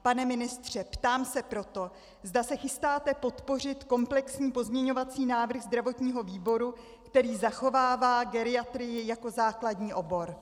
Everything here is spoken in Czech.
Pane ministře, ptám se proto, zda se chystáte podpořit komplexní pozměňovací návrh zdravotního výboru, který zachovává geriatrii jako základní obor.